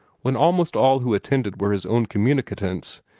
when almost all who attended were his own communicants,